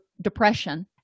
depression